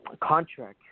contract